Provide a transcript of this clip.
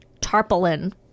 tarpaulin